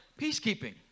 peacekeeping